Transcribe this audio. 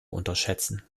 unterschätzen